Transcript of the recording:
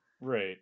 right